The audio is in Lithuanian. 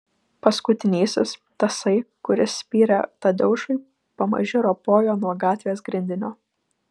paskutinysis tasai kuris spyrė tadeušui pamaži ropojo nuo gatvės grindinio